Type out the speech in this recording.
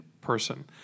person